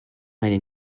meine